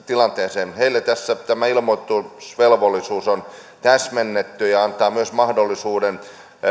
tilanteeseen heidän osaltaan tätä ilmoitusvelvollisuutta on täsmennetty ja se antaa myös mahdollisuuden